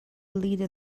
leader